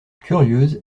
curieuse